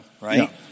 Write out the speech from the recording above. Right